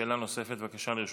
שאלה נוספת, בבקשה, לרשותך,